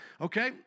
Okay